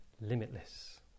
limitless